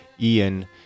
Ian